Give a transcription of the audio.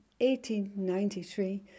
1893